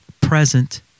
present